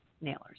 Nailers